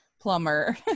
plumber